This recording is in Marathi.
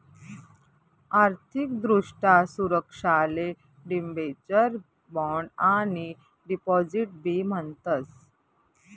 आर्थिक दृष्ट्या सुरक्षाले डिबेंचर, बॉण्ड आणि डिपॉझिट बी म्हणतस